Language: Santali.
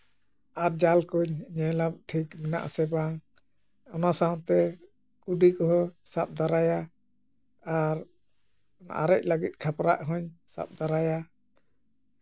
ᱟᱨ ᱡᱟᱞ ᱠᱚᱹᱧ ᱧᱮᱞᱟ ᱴᱷᱤᱠ ᱢᱮᱱᱟᱜ ᱟᱥᱮ ᱵᱟᱝ ᱚᱱᱟ ᱥᱟᱶᱛᱮ ᱠᱩᱰᱤ ᱠᱚᱦᱚᱸ ᱥᱟᱵ ᱫᱟᱨᱟᱭᱟ ᱟᱨ ᱟᱨᱮᱡ ᱞᱟᱹᱜᱤᱫ ᱠᱷᱟᱯᱨᱟᱜ ᱦᱚᱸᱧ ᱥᱟᱵ ᱫᱟᱨᱟᱭᱟ